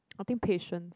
I think patience